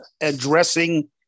Addressing